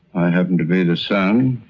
happened to be the son,